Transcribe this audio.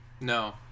No